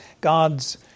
God's